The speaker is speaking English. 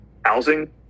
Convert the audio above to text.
housing